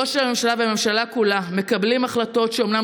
ראש הממשלה והממשלה כולה מקבלים החלטות שאומנם